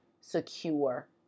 secure